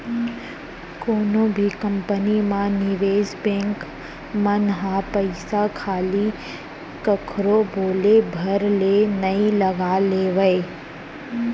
कोनो भी कंपनी म निवेस बेंक मन ह पइसा खाली कखरो बोले भर ले नइ लगा लेवय